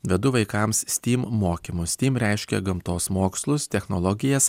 vedu vaikams steam mokymus steam reiškia gamtos mokslus technologijas